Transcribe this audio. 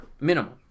Minimum